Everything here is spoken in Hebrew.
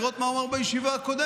לראות מה הוא אמר בישיבה הקודמת,